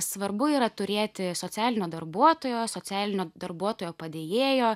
svarbu yra turėti socialinio darbuotojo socialinio darbuotojo padėjėjo